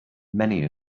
many